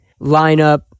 lineup